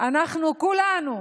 אנחנו כולנו